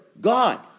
God